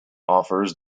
offers